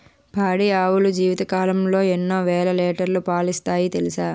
పాడి ఆవులు జీవితకాలంలో ఎన్నో వేల లీటర్లు పాలిస్తాయి తెలుసా